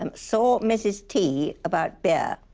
um saw mrs t about beer.